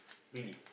really